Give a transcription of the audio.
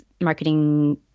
marketing